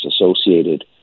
associated